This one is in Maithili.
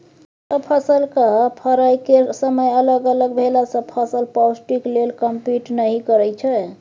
सब फसलक फरय केर समय अलग अलग भेलासँ फसल पौष्टिक लेल कंपीट नहि करय छै